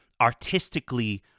artistically